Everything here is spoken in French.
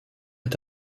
est